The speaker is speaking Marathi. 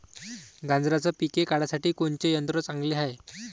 गांजराचं पिके काढासाठी कोनचे यंत्र चांगले हाय?